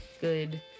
good